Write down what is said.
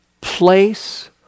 place